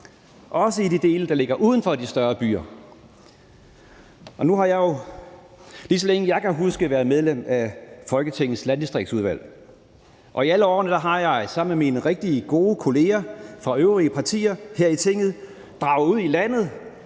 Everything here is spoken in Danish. også i de dele, der ligger uden for de større byer. Lige så længe jeg kan huske, har jeg været medlem af Folketingets Landdistriktsudvalg, og i alle årene har jeg sammen med mine rigtig gode kolleger fra øvrige partier her i Tinget draget ud i landet